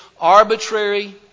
arbitrary